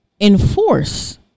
enforce